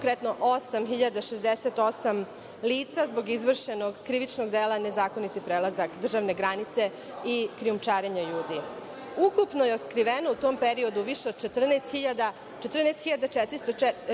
konkretno 8.868 lica zbog izvršenog krivičnog dela nezakoniti prelazak državne granice i krijumčarenje ljudi. Ukupno je otkriveno u tom periodu više od 14.404